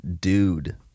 dude